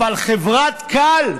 אבל חברת Cal,